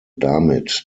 damit